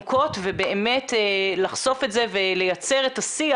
ובאמת לחשוף את זה ולייצר את השיח.